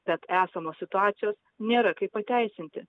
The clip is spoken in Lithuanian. bet esamos situacijos nėra kaip pateisinti